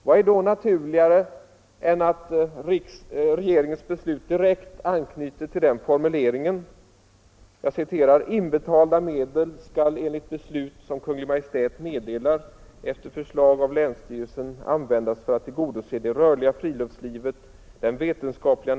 Vad är då naturligare än att regeringens beslut direkt anknyter till den formuleringen: ”Inbetalda medel bör användas på det sätt Kungl.